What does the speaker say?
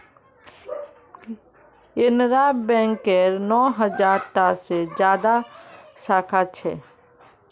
केनरा बैकेर नौ हज़ार टा से ज्यादा साखा छे